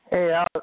Hey